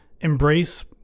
embrace